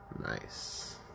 Nice